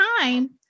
time